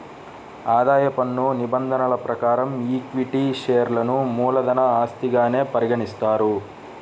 ఆదాయ పన్ను నిబంధనల ప్రకారం ఈక్విటీ షేర్లను మూలధన ఆస్తిగానే పరిగణిస్తారు